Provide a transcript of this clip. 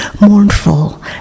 mournful